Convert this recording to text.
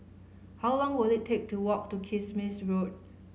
how long will it take to walk to Kismis Road